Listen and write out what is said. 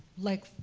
like,